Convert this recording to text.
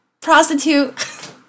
prostitute